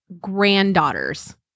granddaughters